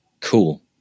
cool